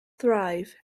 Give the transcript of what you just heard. thrive